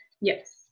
Yes